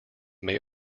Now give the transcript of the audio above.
may